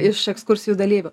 iš ekskursijų dalyvių